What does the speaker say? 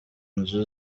nzu